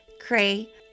Cray